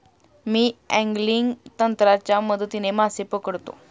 मी angling तंत्राच्या मदतीने मासे पकडतो